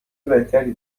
بهتری